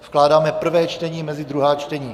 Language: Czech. Vkládáme prvé čtení mezi druhá čtení.